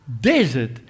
desert